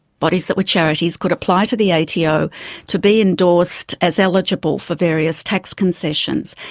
bodies that were charities could apply to the ato to be endorsed as eligible for various tax concessions,